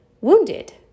wounded